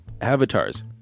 avatars